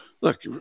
look